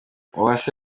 uwase